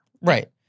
Right